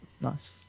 nice